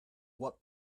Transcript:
what